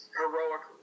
heroic